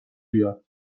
بیاد